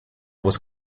was